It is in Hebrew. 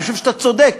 אני חושב שאתה צודק.